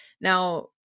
Now